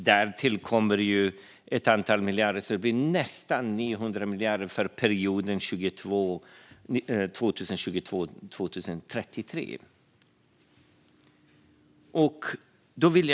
Därtill kommer ytterligare ett antal miljarder, så det blir nästan 900 miljarder för perioden 2022-2033. Fru talman!